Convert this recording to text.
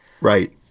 Right